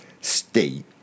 state